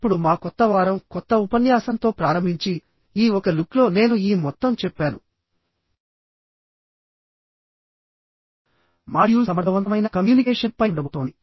ఇప్పుడు మా కొత్త వారం కొత్త ఉపన్యాసంతో ప్రారంభించి ఈ ఒక లుక్ లో నేను ఈ మొత్తం చెప్పాను మాడ్యూల్ సమర్థవంతమైన కమ్యూనికేషన్ పై ఉండబోతోంది